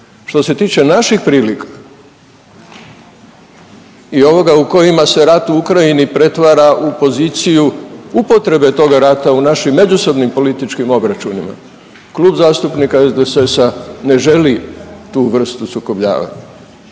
Što se tiče naših prilika i ovoga u kojima se rat u Ukrajini pretvara u poziciju upotrebe toga rata u našim međusobnim političkim obračunima, Klub zastupnika SDSS-a ne želi tu vrstu sukobljavanja,